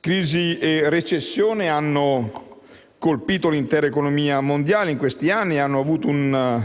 Crisi e recessione hanno colpito l'intera economia mondiale in questi anni e hanno avuto un